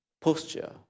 posture